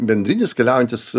bendrinis keliaujantys